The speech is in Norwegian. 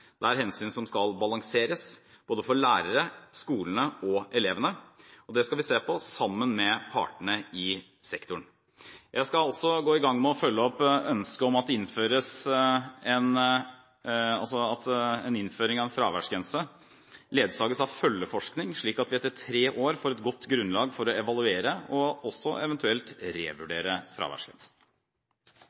Det er hensyn som skal balanseres både for lærerne, skolene og elevene. Det skal vi se på sammen med partene i sektoren. Jeg skal også gå i gang med å følge opp ønsket om at innføringen av en fraværsgrense ledsages av følgeforskning, slik at vi etter tre år får et godt grunnlag for å evaluere og også eventuelt revurdere fraværsgrensen.